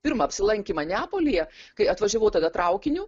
pirmą apsilankymą neapolyje kai atvažiavau tada traukiniu